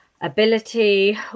ability